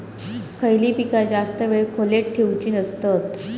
खयली पीका जास्त वेळ खोल्येत ठेवूचे नसतत?